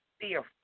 fearful